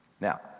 Now